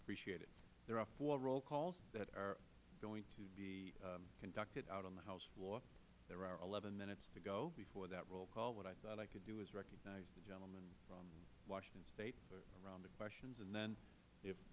appreciate it there are four roll calls that are going to be conducted out on the house floor there are eleven minutes to go before that roll call what i thought i could do is recognize the gentleman from washington state for a round of questions and then if